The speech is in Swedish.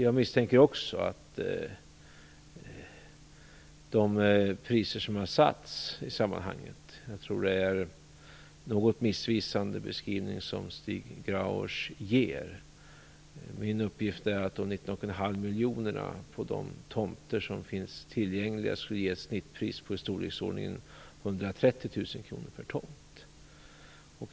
Jag misstänker också att det är en något missvisande beskrivning som Stig Grauers ger av de priser som har satts i sammanhanget. Min uppgift är att dessa 19,5 miljoner för de tomter som finns tillgängliga skulle ge ett snittpris i storleksordningen 130 000 kr per tomt.